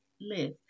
live